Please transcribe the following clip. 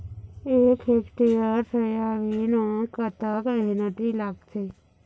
एक hectare soybean म कतक मेहनती लागथे?